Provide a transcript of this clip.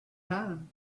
time